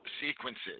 Sequences